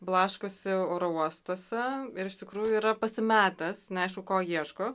blaškosi oro uostuose ir iš tikrųjų yra pasimetęs neaišku ko ieško